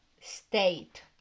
state